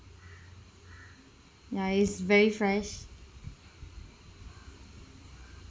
ya is very fresh